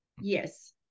Yes